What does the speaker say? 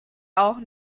auch